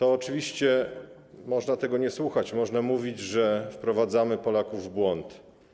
Oczywiście można tego nie słuchać, można mówić, że wprowadzamy Polaków w błąd.